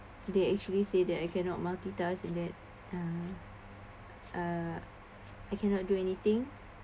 they actually say that I cannot multitask and that uh uh I cannot do anything